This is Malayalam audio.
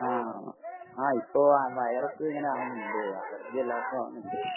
ആ ആ ആ ഇപ്പോൾ ആ വൈറസ് ഇങ്ങനെ ആകുന്നുണ്ട് അലർജി എല്ലാവർക്കും ആകുന്നുണ്ട്